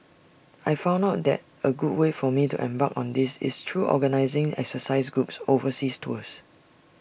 I found out that A good way for me to embark on this is through organising exercise groups overseas tours